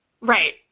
Right